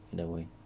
in a way